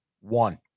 one